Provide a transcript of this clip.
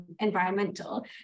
environmental